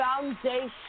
foundation